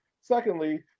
Secondly